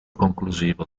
conclusivo